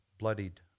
bloodied